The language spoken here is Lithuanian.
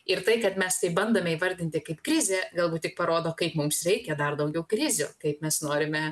ir tai kad mes tai bandome įvardinti kaip krizę galbūt tik parodo kaip mums reikia dar daugiau krizių kaip mes norime